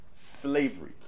slavery